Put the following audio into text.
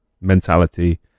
mentality